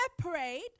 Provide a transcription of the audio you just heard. separate